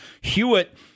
Hewitt